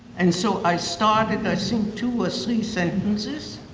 and so i started i think two or three sentences.